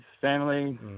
family